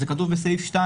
וזה כתוב בסעיף 2